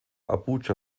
abuja